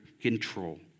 control